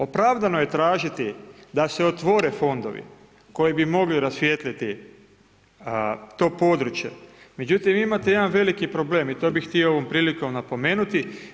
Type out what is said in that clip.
Opravdano je tražiti da se otvore fondovi koji bi mogli rasvijetliti to područje, međutim imate jedan veliki problem i to bih htio ovom prilikom napomenuti.